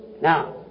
Now